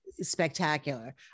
spectacular